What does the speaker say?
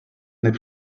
n’est